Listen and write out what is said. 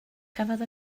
cafodd